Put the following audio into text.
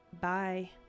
Bye